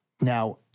Now